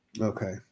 okay